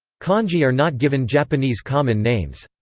kanji are not given japanese common names.